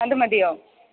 അതു മതിയോ